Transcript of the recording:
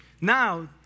Now